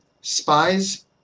spies